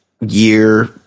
year